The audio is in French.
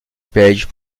page